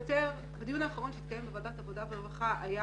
בדיון האחרון שהתקיים בוועדת העבודה והרווחה נכח